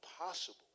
impossible